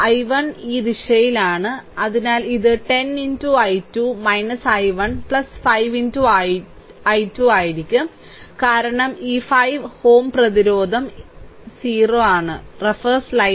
I1 ഈ ദിശയിലാണ് അതിനാൽ ഇത് 10 i2 i1 5 i2 ആയിരിക്കും കാരണം ഈ 5 Ω പ്രതിരോധം ഈ 5 i2 0 ആണ്